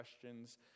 questions